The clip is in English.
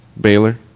Baylor